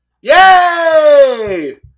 Yay